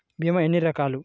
భీమ ఎన్ని రకాలు?